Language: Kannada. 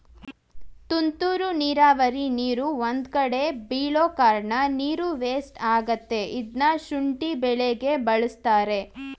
ತುಂತುರು ನೀರಾವರಿ ನೀರು ಒಂದ್ಕಡೆ ಬೀಳೋಕಾರ್ಣ ನೀರು ವೇಸ್ಟ್ ಆಗತ್ತೆ ಇದ್ನ ಶುಂಠಿ ಬೆಳೆಗೆ ಬಳಸ್ತಾರೆ